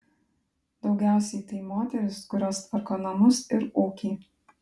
daugiausiai tai moterys kurios tvarko namus ir ūkį